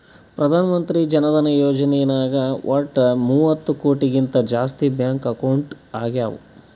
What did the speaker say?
ಪ್ರಧಾನ್ ಮಂತ್ರಿ ಜನ ಧನ ಯೋಜನೆ ನಾಗ್ ವಟ್ ಮೂವತ್ತ ಕೋಟಿಗಿಂತ ಜಾಸ್ತಿ ಬ್ಯಾಂಕ್ ಅಕೌಂಟ್ ಆಗ್ಯಾವ